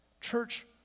Church